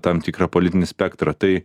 tam tikrą politinį spektrą tai